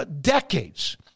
decades